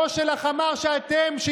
ליברמן גם אמר, רק שנייה.